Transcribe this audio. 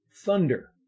thunder